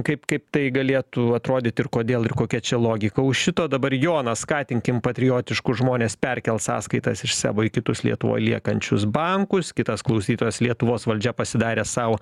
kaip kaip tai galėtų atrodyt ir kodėl ir kokia čia logika už šito dabar jonas skatinkim patriotiškus žmones perkelt sąskaitas iš sebo į kitus lietuvoj liekančius bankus kitas klausytojas lietuvos valdžia pasidarė sau